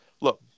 look